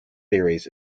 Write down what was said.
theories